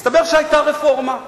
מסתבר שהיתה רפורמה,